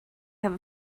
have